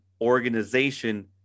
organization